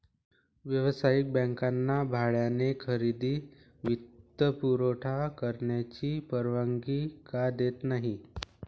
व्यावसायिक बँकांना भाड्याने खरेदी वित्तपुरवठा करण्याची परवानगी का देत नाही